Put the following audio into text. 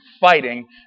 fighting